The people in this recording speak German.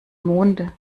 monde